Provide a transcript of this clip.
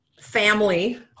family